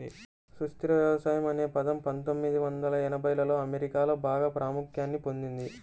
సుస్థిర వ్యవసాయం అనే పదం పందొమ్మిది వందల ఎనభైలలో అమెరికాలో బాగా ప్రాముఖ్యాన్ని పొందింది